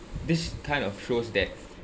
this kind of shows that